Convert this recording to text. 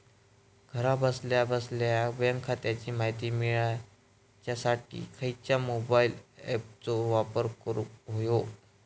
घरा बसल्या बसल्या बँक खात्याची माहिती मिळाच्यासाठी खायच्या मोबाईल ॲपाचो वापर करूक होयो?